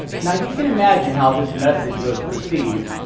now, you can imagine how this message was perceived.